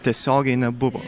tiesiogiai nebuvo